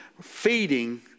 feeding